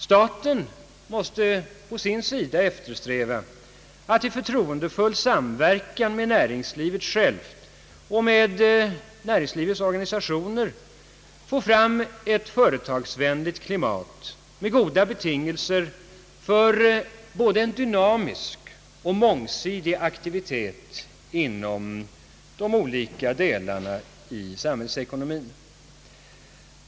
Staten måste å sin sida eftersträva att i förtroendefull samverkan med näringslivet självt och dess organisationer skapa ett företagsvänligt klimat med goda betingelser för en både dynamisk och mångsidig aktivitet inom de olika delarna i samhällsekonomin.